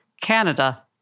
Canada